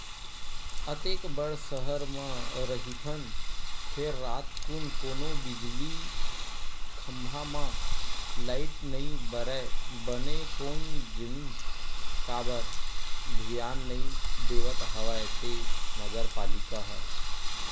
अतेक बड़ सहर म रहिथन फेर रातकुन कोनो बिजली खंभा म लाइट नइ बरय बने कोन जनी काबर धियान नइ देवत हवय ते नगर पालिका ह